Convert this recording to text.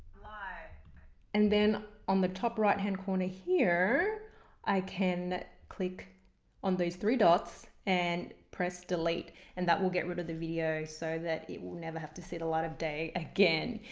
ah and then on the top right hand corner here i can click on these three dots and press delete and that will get rid of the video so that it will never have to see the light of day again.